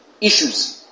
issues